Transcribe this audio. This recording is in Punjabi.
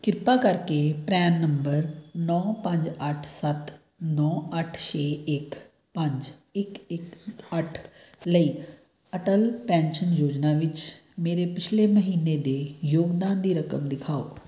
ਕਿਰਪਾ ਕਰਕੇ ਪਰੈਨ ਨੰਬਰ ਨੌਂ ਪੰਜ ਅੱਠ ਸੱਤ ਨੌਂ ਅੱਠ ਛੇ ਇੱਕ ਪੰਜ ਇੱਕ ਇੱਕ ਅੱਠ ਲਈ ਅਟਲ ਪੈਨਸ਼ਨ ਯੋਜਨਾ ਵਿੱਚ ਮੇਰੇ ਪਿਛਲੇ ਮਹੀਨੇ ਦੇ ਯੋਗਦਾਨ ਦੀ ਰਕਮ ਦਿਖਾਓ